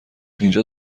اینجا